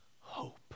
hope